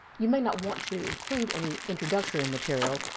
you may not want to include any introductory material,